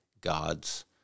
God's